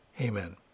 Amen